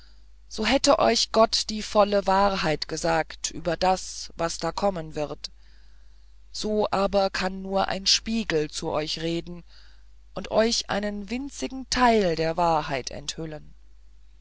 so hätte euch gott die volle wahrheit gesagt über das was da kommen wird so aber kann nur ein spiegel zu euch reden und euch einen winzigen teil der wahrheit enthüllen